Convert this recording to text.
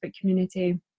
community